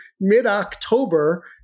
mid-October